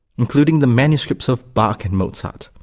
including the manuscripts of bach and mozart.